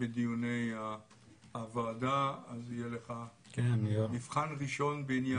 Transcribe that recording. בדיוני הוועדה, אז יהיה לך מבחן ראשון בעניין זה.